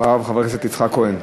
אחריו, חבר הכנסת יצחק כהן.